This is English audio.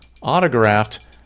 Autographed